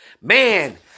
Man